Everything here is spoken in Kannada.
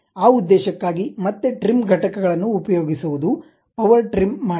ಆ ಉದ್ದೇಶಕ್ಕಾಗಿ ಮತ್ತೆ ಟ್ರಿಮ್ ಘಟಕಗಳನ್ನು ಉಪಯೋಗಿಸುವದು ಪವರ್ ಟ್ರಿಮ್ ಮಾಡಿ